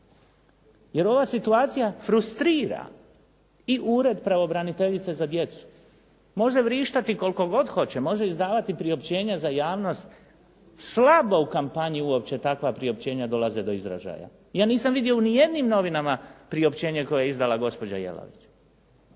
Jer ova situacija frustrira i ured pravobraniteljice za djecu. Može vrištati koliko god hoće, može izdavati priopćenja za javnost, slabo u kampanji uopće takva priopćenja dolaze do izražaja. Ja nisam vidio ni u jednim novinama priopćenje koje je izdala gospođa Jelavić.